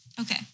Okay